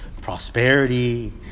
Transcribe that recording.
prosperity